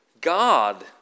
God